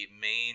main